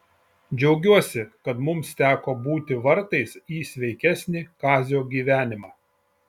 džiaugiuosi kad mums teko būti vartais į sveikesnį kazio gyvenimą